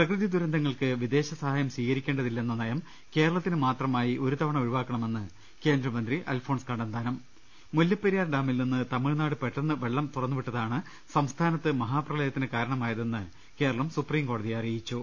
പ്രകൃതി ദുരന്തങ്ങൾക്ക് വിദേശ സ്ഹായം സ്വീകരിക്കേണ്ടതി ല്ലെന്ന നയം കേരളത്തിന് മാത്രമായി ഒരു തവണ ഒഴിവാക്കണ മെന്ന് കേന്ദ്രമന്ത്രി അൽഫോൺസ് കണ്ണന്താനം മുല്ലപ്പെരിയാർ ഡാമിൽ നിന്ന് തമിഴ്നാട് പെട്ടെന്ന് വെള്ളം തുറന്നു വിട്ടതാണ് സംസ്ഥാനത്ത് മഹാപ്രളയത്തിന് കാരണമായതെന്ന് കേരളം സുപ്രീം കോടതിയെ അറിയിച്ചു